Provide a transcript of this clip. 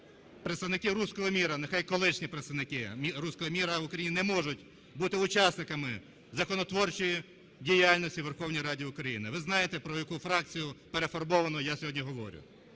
представники "руського міра", нехай колишні представники "руського міра" в Україні не можуть бути учасниками законотворчої діяльності у Верховній Раді України. Ви знаєте, про яку фракцію перефарбовану я сьогодні говорю.